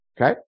Okay